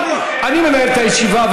אני מנהל את הישיבה,